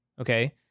Okay